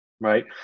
Right